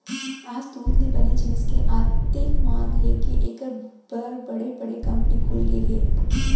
आज दूद ले बने जिनिस के अतेक मांग हे के एकर बर बड़े बड़े कंपनी खुलगे हे